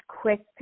quick